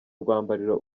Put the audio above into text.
rwambariro